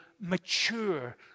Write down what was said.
mature